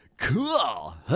cool